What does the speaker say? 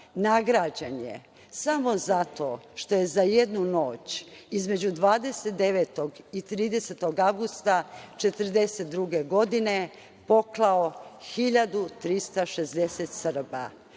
nagrađen je samo zato što je za jednu noć između 29. i 30. avgusta 1942. godine poklao 1.360 Srba.